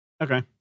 Okay